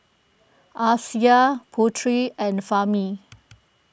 Amsyar Putri and Fahmi